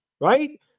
right